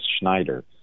Schneider